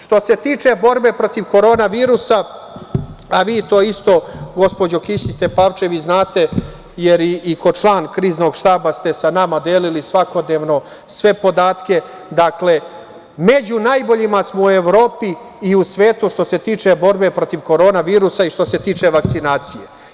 Što se tiče borbe protiv korona virusa, a vi to isto, gospođo Kisić Tepavčević, zanate, jer i kao član Kriznog štaba ste sa nama delili svakodnevno sve podatke, dakle, među najboljima smo u Evropi i u svetu što se tiče borbe protiv korona virusa i što se tiče vakcinacije.